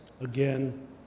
again